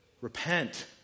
Repent